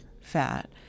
fat